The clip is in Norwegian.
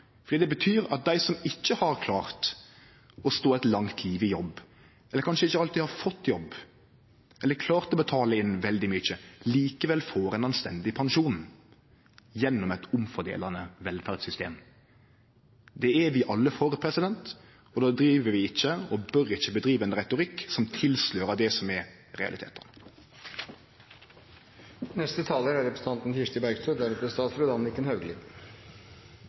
fordi det betyr at dei som ikkje har klart å stå eit langt liv i jobb, eller kanskje ikkje alltid har fått jobb eller klart å betale inn veldig mykje, likevel får ein anstendig pensjon gjennom eit omfordelande velferdssystem. Det er vi alle for, og då driv vi ikkje med og bør ikkje drive med ein retorikk som tilslørar det som er